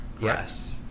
Yes